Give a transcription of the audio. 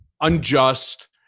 unjust